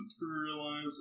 materialize